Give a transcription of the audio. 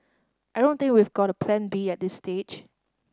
I don't think we've got a Plan B at this stage